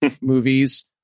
movies